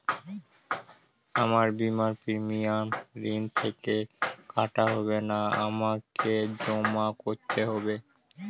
আমার বিমার প্রিমিয়াম ঋণ থেকে কাটা হবে না আমাকে জমা করতে হবে?